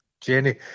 Jenny